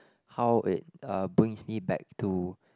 how it uh brings me back to